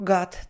God